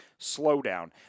slowdown